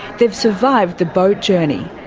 they've survived the boat journey,